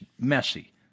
messy